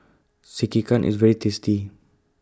Sekihan IS very tasty